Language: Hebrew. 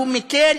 הוא מקל,